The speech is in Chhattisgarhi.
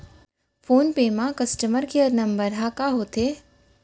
फोन पे म कस्टमर केयर नंबर ह का होथे?